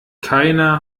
keiner